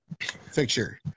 fixture